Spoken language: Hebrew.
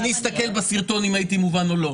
אני אסתכל בסרטון ואראה אם הייתי מובן או לא.